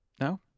No